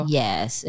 yes